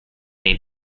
name